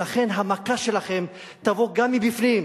ולכן המכה שלכם תבוא גם מבפנים,